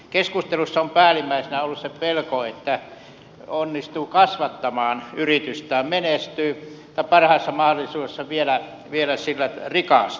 keskustelussa on päällimmäisenä ollut se pelko että onnistuu kasvattamaan yritystään menestymään tai parhaassa mahdollisuudessa vielä sillä rikastuu